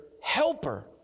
helper